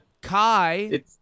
Kai